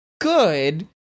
good